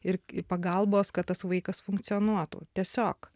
ir pagalbos kad tas vaikas funkcionuotų tiesiog